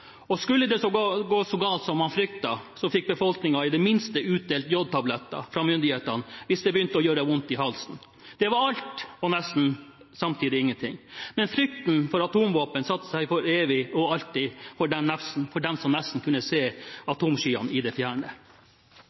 Og skulle det gå så galt som man fryktet, fikk befolkningen i det minste utdelt jodtabletter fra myndighetene hvis det begynte å gjøre vondt i halsen! Det var alt, og samtidig nesten ingen ting. Frykten for atomvåpen satte seg for evig og alltid i dem som nesten kunne se atomskyene i det fjerne.